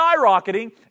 skyrocketing